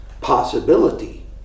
possibility